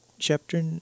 Chapter